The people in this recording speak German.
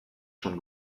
schon